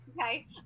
Okay